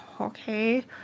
okay